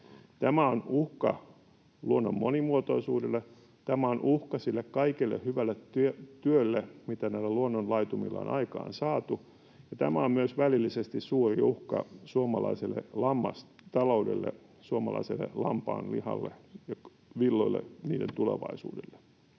Tämä on uhka luonnon monimuotoisuudelle, tämä on uhka sille kaikelle hyvälle työlle, mitä näillä luonnonlaitumilla on aikaansaatu, ja tämä on myös välillisesti suuri uhka suomalaiselle lammastaloudelle, suomalaiselle lampaanlihalle, villoille, niiden tulevaisuudelle.